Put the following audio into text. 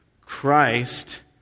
Christ